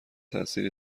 تاثیری